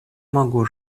могу